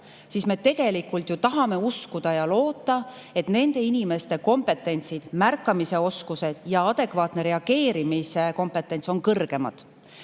siis me tegelikult ju tahame uskuda ja loota, et nende inimeste kompetents, märkamisoskus ja adekvaatse reageerimise [võimekus on suurem].See